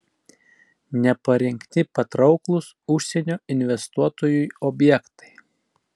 neparengti patrauklūs užsienio investuotojui objektai